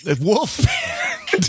wolf